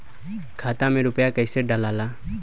खाता में रूपया कैसे डालाला?